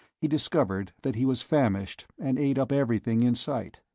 he discovered that he was famished and ate up everything in sight.